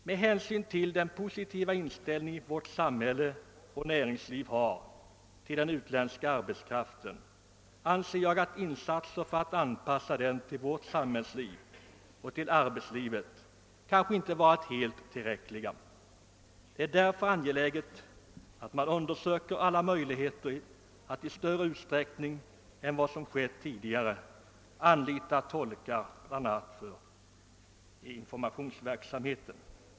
Med hänsyn till den positiva inställning som vårt samhälle och näringslivet har till den utländska arbetskraften anser jag att insatserna för att anpassa den till samhällsoch arbetslivet inte har varit helt tillräckliga. Det är därför angeläget att undersöka möjligheterna att i större utsträckning än hittills anlita tolkar bl.a. för informationsverksamheten.